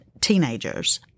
teenagers